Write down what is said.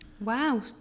wow